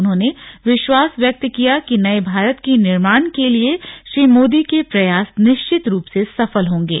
उन्होंने विश्वास व्यक्त किया कि नये भारत के निर्माण के लिये श्री मोदी के प्रयास निश्चित रूप से सफल होंगे